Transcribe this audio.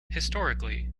historically